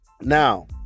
Now